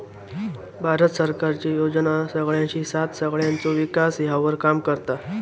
भारत सरकारचे योजना सगळ्यांची साथ सगळ्यांचो विकास ह्यावर काम करता